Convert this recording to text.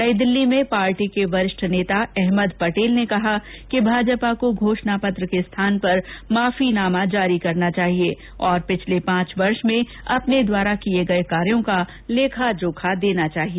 नई दिल्ली में पार्टी के वरिष्ठ नेता अहमद पटेल ने कहा कि भाजपा को घोषणापत्र के स्थान पर माफीनामा जारी करना चाहिए और पिछले पांच वर्ष में अपने द्वारा किए गए कार्यों का लेखाजोखा देना चाहिए